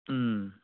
ꯎꯝ